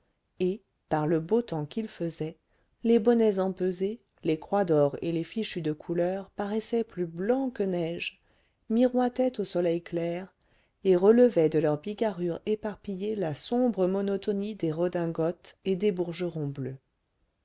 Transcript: et par le beau temps qu'il faisait les bonnets empesés les croix d'or et les fichus de couleur paraissaient plus blancs que neige miroitaient au soleil clair et relevaient de leur bigarrure éparpillée la sombre monotonie des redingotes et des bourgerons bleus